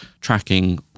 tracking